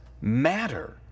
matter